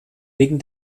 wegen